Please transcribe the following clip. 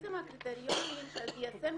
שבעצם הקריטריונים של ה-DSM,